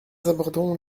abordons